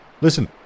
Listen